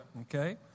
Okay